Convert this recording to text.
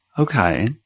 Okay